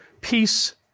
peace